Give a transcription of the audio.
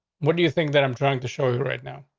what do you think that i'm trying to show you right now?